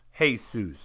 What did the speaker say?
Jesus